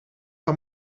van